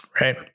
Right